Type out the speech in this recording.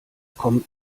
kommt